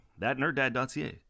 ThatNerdDad.ca